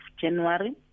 January